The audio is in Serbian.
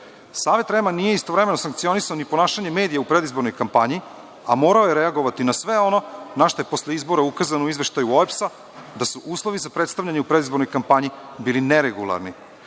REM-a nije istovremeno sankcionisao ni ponašanje medija u predizbornoj kampanji, a morao je reagovati na sve ono na šta je posle izbora ukazano u Izveštaju OEBS-a, da su uslovi za predstavljanje u predizbornoj kampanji bili neregularni. Savet